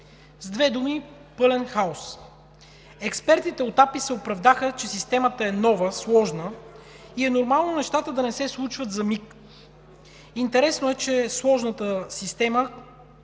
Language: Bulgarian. С две думи – пълен хаос. Експертите от АПИ се оправдаха, че системата е нова, сложна и е нормално нещата да не се случват за миг. Интересно е, че сложната система,